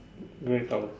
grey color